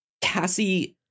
Cassie